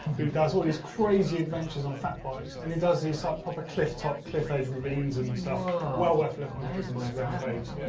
who does all these crazy adventures on fat bikes and he does these ah proper cliff top, cliff edge ravines and stuff. well worth looking at his instagram page. yeah,